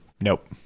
Nope